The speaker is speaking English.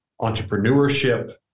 entrepreneurship